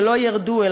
שמחיריהן לא ירדו,